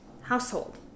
household